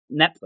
Netflix